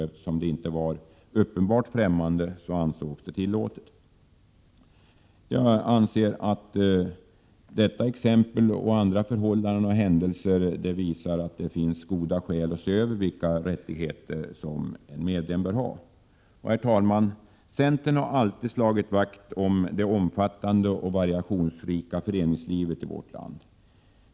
Eftersom det inte var uppenbart främmande ansågs det tillåtet. Jag anser att detta exempel liksom andra förhållanden och händelser visar att det finns goda skäl att se över vilka rättigheter en medlem bör ha. Herr talman! Centern har alltid slagit vakt om det omfattande och variationsrika föreningslivet i vårt land.